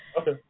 Okay